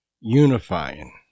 unifying